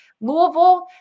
Louisville